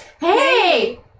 Hey